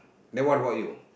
then what about you